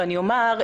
ואני אומר,